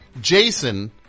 Jason